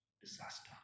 Disaster